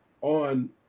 on